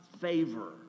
favor